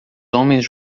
homens